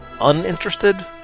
uninterested